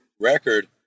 record